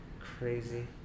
Crazy